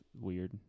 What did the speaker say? weird